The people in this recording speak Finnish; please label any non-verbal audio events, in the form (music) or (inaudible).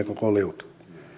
(unintelligible) koko liuta